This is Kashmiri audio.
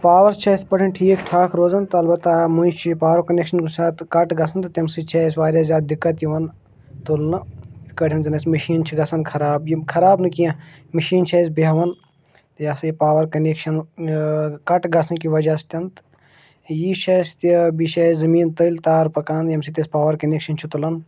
پاوَر چھِ اَسہِ پٲٹھۍ ٹھیٖک ٹھاک روزان تہٕ اَلبتہ مٔنٛزۍ چھِ یہِ پاوَر کَنٮ۪کشَن کُنہِ ساتہٕ کَٹ گژھان تہٕ تَمہِ سۭتۍ چھِ اَسہِ واریاہ زیادٕ دِقت یِوان تُلنہٕ یِتھ کٲٹھۍ زَن اَسہِ مِشیٖن چھِ گژھان خراب یِم خراب نہٕ کیٚنٛہہ مِشیٖن چھِ اَسہِ بیٚہوان تہٕ یہِ ہسا یہِ پاوَر کَنٮ۪کشَن کَٹ گژھنہٕ کہِ وَجہ سۭتۍ تہٕ یی چھِ اَسہِ تہِ بیٚیہِ چھِ اَسہِ زٔمیٖن تٔلۍ تار پَکان ییٚمہِ سۭتۍ أسۍ پاوَر کَنٮ۪کشَن چھُ تُلان